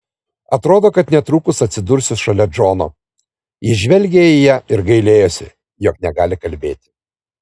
atrodo kad netrukus atsidursiu šalia džono jis žvelgė į ją ir gailėjosi jog negali kalbėti